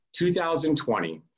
2020